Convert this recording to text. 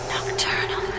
Nocturnal